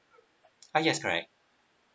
uh yes correct